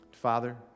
Father